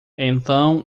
então